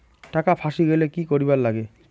টাকা ফাঁসি গেলে কি করিবার লাগে?